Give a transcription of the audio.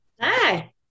Hi